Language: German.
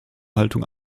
haltung